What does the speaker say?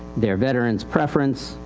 their veteranis preference,